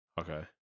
Okay